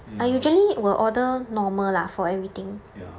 ya ya